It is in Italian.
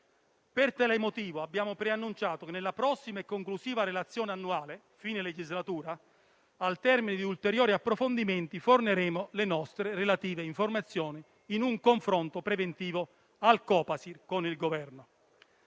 Per tale motivo, abbiamo preannunciato che, nella prossima e conclusiva relazione di fine legislatura, al termine di ulteriori approfondimenti, forniremo le nostre relative informazioni in un confronto preventivo al Copasir con il Governo.